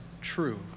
true